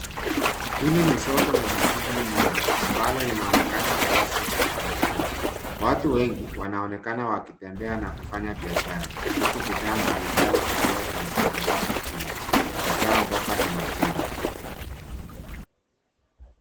Hili ni soko lenye shughuli nyingi ambalo linaonekana kuwa soko la muthurwa. Watu wengi wanaonekana wakitembea na kufanya biashara, huku bidhaa mbalimbali zikiwa zimetandazwa chini hasaa mboga na matunda.